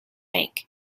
bank